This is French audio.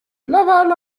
laval